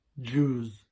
Jews